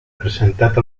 presentat